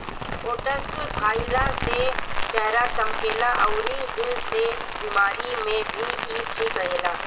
oats खाइला से चेहरा चमकेला अउरी दिल के बेमारी में भी इ ठीक रहेला